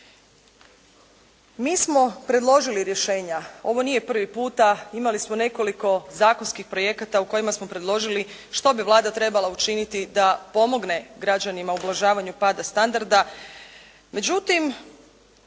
Mi smo predložili rješenja, ovo nije prvi puta. Imali smo nekoliko zakonskih projekata u kojima smo predložili što bi Vlada trebala učiniti da pomogne građanima u ublažavanju pada standarda.